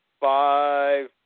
five